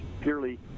purely